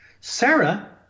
Sarah